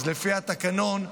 לפי התקנון,